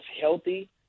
healthy